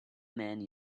man